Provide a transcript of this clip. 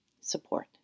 support